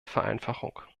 vereinfachung